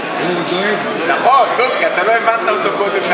שעוברים ואתה לא שומע ירי.